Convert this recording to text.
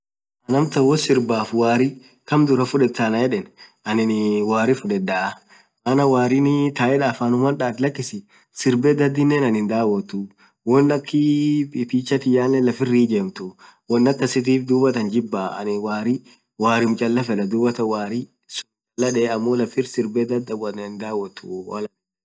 Anna amtaan woo sirbafa warii kham dhurah fudhetha anan yedhe anin warri fudhedha maaan warii thaye afanuman dhadha dhadheni anin dhwothu won akii picture tiyanen lafir hijemthuu won akistif dhubathaan jibha anin warrim chalaa fedha dhuathan wari suun challaa dhegee lafir sirbha dhadhi warrian dhawothu